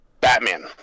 Batman